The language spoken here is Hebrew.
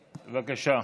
בבקשה.